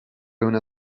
una